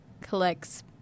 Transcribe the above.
collects